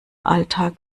alltag